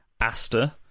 Aster